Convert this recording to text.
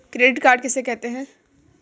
Credit card किसे कहते हैं?